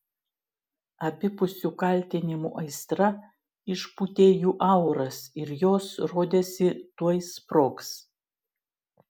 abipusių kaltinimų aistra išpūtė jų auras ir jos rodėsi tuoj sprogs